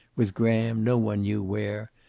with graham no one knew where,